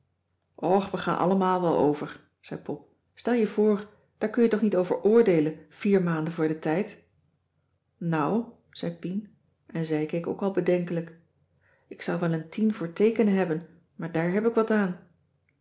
och we gaan allemaal wel over zei pop stel je voor daar kun je toch niet over oordeelen vier maanden voor den tijd nou zei pien en ze keek ook al bedenkelijk ik zal wel een tien voor teekenen hebben maar daar heb ik wat aan